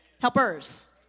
Helpers